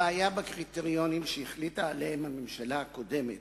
הבעיה בקריטריונים שהממשלה הקודמת